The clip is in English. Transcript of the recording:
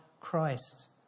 Christ